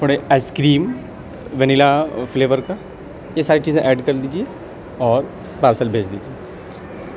تھوڑے ice cream vanilla flavour کا یہ ساری چیزیں ایڈ کر دیجیے اور پارسل بھیج دیجیے